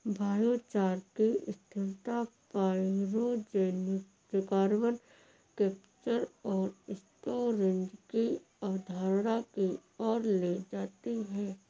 biochar की स्थिरता pyrogenic carbon capture और स्टोरेज की अवधारणा की ओर ले जाती है